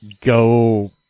go